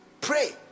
Pray